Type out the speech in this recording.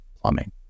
plumbing